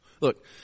Look